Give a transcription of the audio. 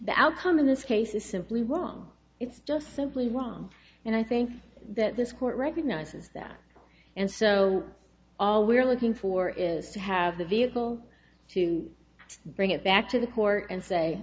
the outcome in this case is simply wrong it's just simply wrong and i think that this court recognizes that and so all we're looking for is to have the vehicle to bring it back to the court and say